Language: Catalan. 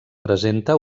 presenta